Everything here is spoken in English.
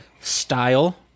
style